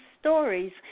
stories